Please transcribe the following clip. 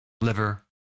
liver